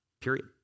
period